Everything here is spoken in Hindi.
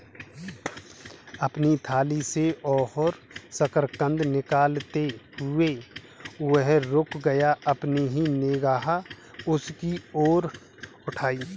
अपनी थाली से और शकरकंद निकालते हुए, वह रुक गया, अपनी निगाह उसकी ओर उठाई